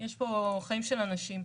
יש פה חיים של אנשים.